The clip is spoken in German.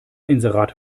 inserat